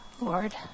Lord